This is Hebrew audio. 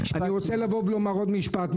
אני רוצה לומר עוד משפט,